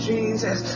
Jesus